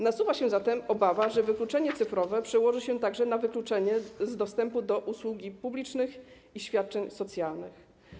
Nasuwa się zatem obawa, że wykluczenie cyfrowe przełoży się na wykluczenie z dostępu do usług publicznych i świadczeń socjalnych.